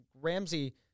Ramsey